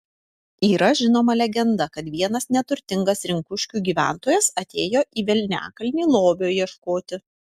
yra žinoma legenda kad vienas neturtingas rinkuškių gyventojas atėjo į velniakalnį lobio ieškoti